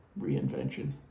reinvention